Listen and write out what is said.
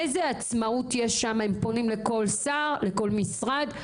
איזו עצמאות יש שם, הם פונים לכל שר, לכל משרד.